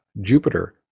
Jupiter